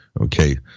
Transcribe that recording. Okay